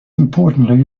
importantly